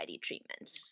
treatment